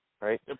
right